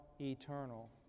eternal